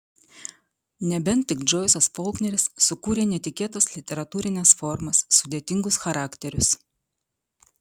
nebent tik džoisas folkneris sukūrę netikėtas literatūrines formas sudėtingus charakterius